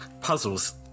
Puzzles